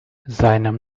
seinem